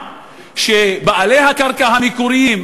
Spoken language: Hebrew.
שבעלי הקרקע המקוריים,